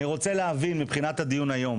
אני רוצה להבין מבחינת הדיון היום,